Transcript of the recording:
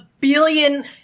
billion